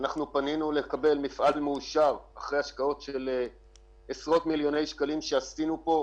פנינו לקבל מפעל מאושר אחרי השקעות של עשרות-מיליוני שקלים שעשינו פה,